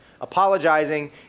apologizing